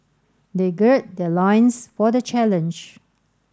they gird their loins for the challenge